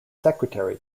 secretary